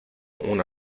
una